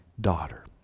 daughter